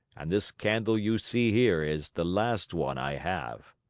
and this candle you see here is the last one i have.